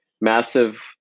massive